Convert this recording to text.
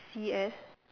C_F